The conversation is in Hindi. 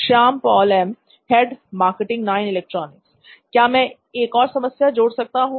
Shyam Paul am head marketing नॉइन इलेक्ट्रॉनिक्स क्या मैं एक और समस्या जोड़ सकता हूं